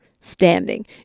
standing